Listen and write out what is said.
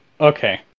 okay